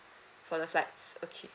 for the flights okay